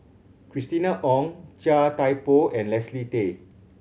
Christina Ong Chia Thye Poh and Leslie Tay